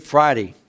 Friday